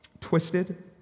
twisted